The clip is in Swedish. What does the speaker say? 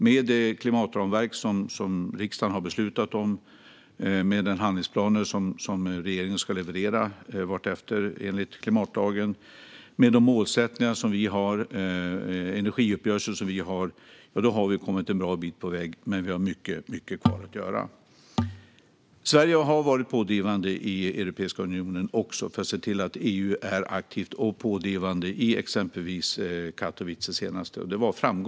Med det klimatramverk som riksdagen har beslutat om, med de handlingsplaner som regeringen ska leverera vartefter enligt klimatlagen, med de målsättningar och energiuppgörelser som vi har så har vi kommit en bra bit på väg. Men vi har mycket kvar att göra. Sverige har varit pådrivande i Europeiska unionen för att se till att EU är aktivt och pådrivande i exempelvis Katowice senast.